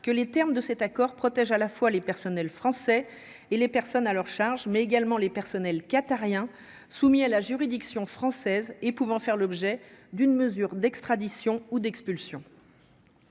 que les termes de cet accord protège à la fois les personnels français et les personnes à leur charge, mais également les personnels qatarien soumis à la juridiction française et pouvant faire l'objet d'une mesure d'extradition ou d'expulsion.